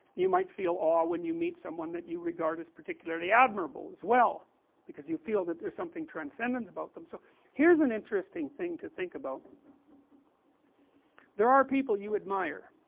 you might feel awe when you meet someone that you regard as particularly admirable as well because you feel that there is something transcendent about them so here is an interesting thing to think about there are people you admire